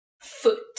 Foot